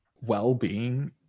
well-being